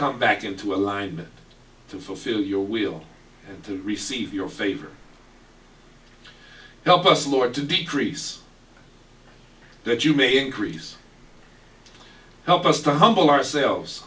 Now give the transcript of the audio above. come back into alignment to fulfill your wheel to receive your favor help us lord to decrease that you may increase help us to humble ourselves